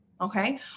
Okay